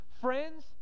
Friends